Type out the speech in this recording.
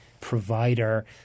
provider